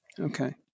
Okay